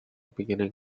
beginning